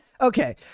okay